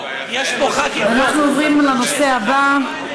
אנחנו עוברים לנושא הבא,